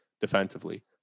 defensively